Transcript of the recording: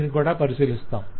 వీటిని కూడ పరిశీలిస్తాం